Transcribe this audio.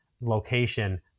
location